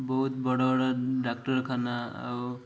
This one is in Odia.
ବହୁତ ବଡ଼ ବଡ଼ ଡାକ୍ତରଖାନା ଆଉ